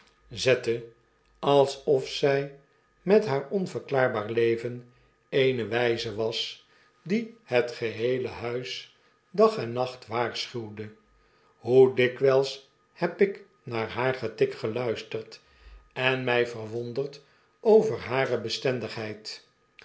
zette alsof zij met haar onverklaarbaar leven eene wijze was die het g'eheele huis dag en nacht waarschuwde hoe dikwijls heb ik naar haar getik geluisterd en mij verwonderd over hare bestendigheid